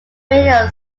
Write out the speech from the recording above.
meyer